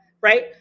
right